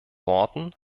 worten